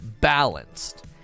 balanced